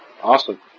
Awesome